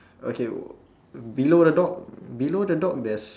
okay below the dog below the dog there's